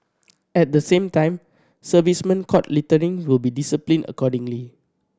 at the same time servicemen caught littering will be disciplined accordingly